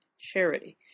charity